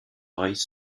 oreilles